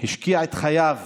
והשקיע את חייו